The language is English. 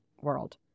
world